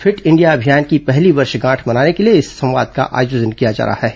fit India अभियान की पहली वर्षगांठ मनाने के लिए इस संवाद का आयोजन किया जा रहा है